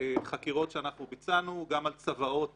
חקירות שאנחנו ביצענו גם על צוואות